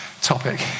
topic